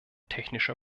technischer